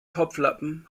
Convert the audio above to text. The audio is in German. topflappen